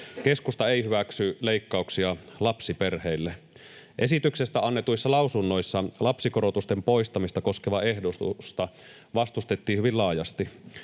Keskusta ei hyväksy leikkauksia lapsiperheille. Esityksestä annetuissa lausunnoissa lapsikorotusten poistamista koskevaa ehdotusta vastustettiin hyvin laajasti.